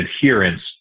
adherence